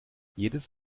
jedes